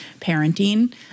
parenting